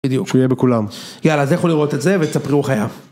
בדיוק. שיהיה בכולם. יאללה, זה לכו לראות את זה, וספרו איך היה.